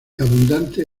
abundante